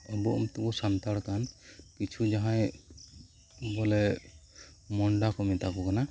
ᱟᱵᱚ ᱢᱟᱛᱚ ᱵᱚ ᱥᱟᱱᱛᱟᱲ ᱠᱟᱱ ᱠᱤᱪᱷᱩ ᱡᱟᱦᱟᱸᱭ ᱵᱚᱞᱮ ᱢᱩᱱᱰᱟᱹ ᱠᱚ ᱢᱮᱛᱟ ᱠᱚ ᱠᱟᱱᱟ